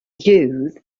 youth